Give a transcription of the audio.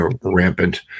rampant